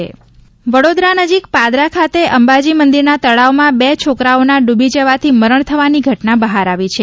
પાદરામાં બાળક ડૂબ્યાં વડોદરા નજીક પાદરા ખાતે અંબાજી મંદિરના તળાવમાં બે છોકરાઓના ડૂબી જવાથી મરણ થવાની ઘટના બહાર આવી છે